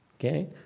Okay